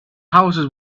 houses